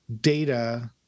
data